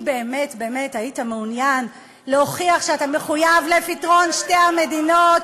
אם באמת באמת היית מעוניין להוכיח שאתה מחויב לפתרון שתי המדינות,